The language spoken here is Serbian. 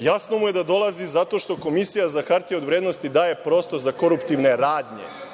Jasno mu je da dolazi zato što Komisija za hartije od vrednosti daje prostor za koruptivne radnje.